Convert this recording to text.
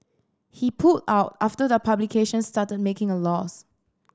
he pulled out after the publication started making a loss